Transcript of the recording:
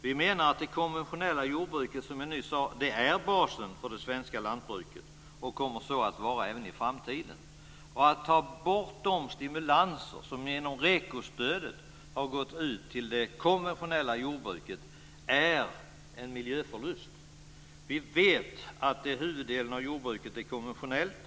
Vi menar att det konventionella jordbruket är basen för det svenska lantbruket och kommer att så vara även i framtiden. Att ta bort de stimulanser som genom REKO-stödet har gått ut till det konventionella jordbruket är en miljöförlust. Vi vet att huvuddelen av jordbruket är konventionellt.